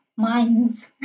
minds